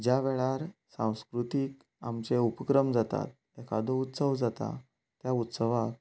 ज्या वेळार सांस्कृतीक आपले उपक्रम जातात एकादो उत्सव जाता ह्या उत्सवाक